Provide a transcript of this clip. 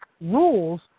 rules